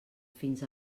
fins